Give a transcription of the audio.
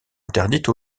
interdite